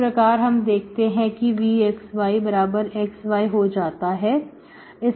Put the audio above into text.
इस प्रकार हम देखते हैं कि vx yxy हो जाता है